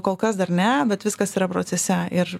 kol kas dar ne bet viskas yra procese ir